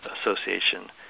association